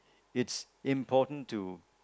it's important to